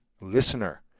listener